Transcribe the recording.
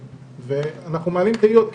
אנחנו מעלים תהיות,